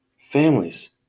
families